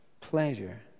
pleasure